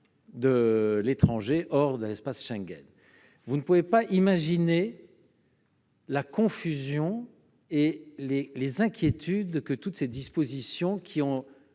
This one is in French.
de l'étranger hors de l'espace Schengen. Vous ne pouvez pas imaginer la confusion et les inquiétudes que ces dispositions ont